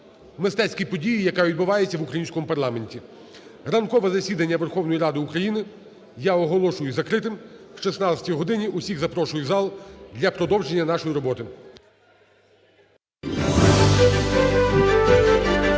мистецькій події, яка відбувається в українському парламенті. Ранкове засіданні Верховної Ради України я оголошую закритим. О 16 годині усіх запрошую в зал для продовження нашої роботи.